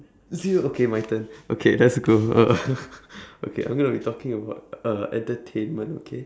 zero okay my turn okay let's go uh okay I'm going to be talking about uh entertainment okay